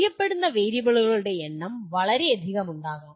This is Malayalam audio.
അറിയപ്പെടുന്ന വേരിയബിളുകളുടെ എണ്ണം വളരെയധികം ഉണ്ടാകാം